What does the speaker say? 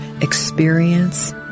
experience